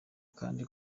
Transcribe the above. kandi